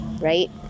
right